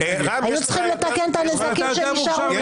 היינו צריכים לתקן את הנזקים שנשארו מהממשלה הקודמת.